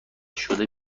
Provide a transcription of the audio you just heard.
شده